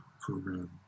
program